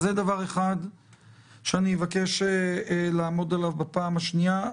זה דבר אחד שאבקש לעמוד עליו בפעם השנייה.